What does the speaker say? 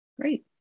Great